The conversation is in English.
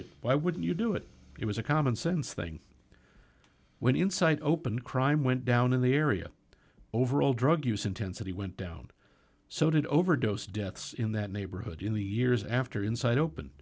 it why would you do it it was a common sense thing when insight opened crime went down in the area overall drug use intensity went down so did overdose deaths in that neighborhood in the years after inside open